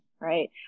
Right